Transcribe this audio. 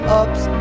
ups